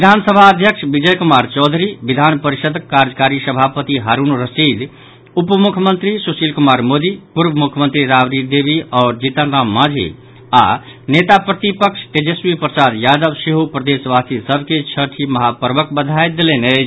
विधानसभा अध्यक्ष विजय कुमार चौधरी विधान परिषद कार्यकारी सभापति हारूण रशीद उप मुख्यमंत्री सुशील कुमार मोदी पूर्व मुख्यमंत्री राबड़ी देवी आओर जितनराम मांझी आओर नेता प्रतिपक्ष तेजस्वी प्रसाद यादव सेहो प्रदेश वासी सभ के छठि महापर्वक वधाई देलनि अछि